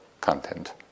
content